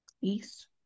East